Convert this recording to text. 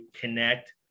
connect